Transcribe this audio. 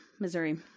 Missouri